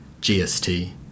GST